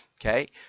okay